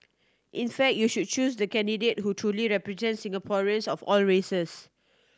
in fact you should choose the candidate who truly represents Singaporeans of all races